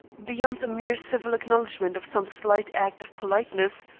beyond a mere civil acknowledgement of some slight act of politeness,